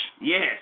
Yes